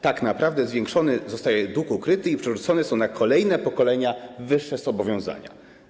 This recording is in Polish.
Tak naprawdę zwiększony zostaje dług ukryty i przerzucane są na kolejne pokolenia wyższe zobowiązania”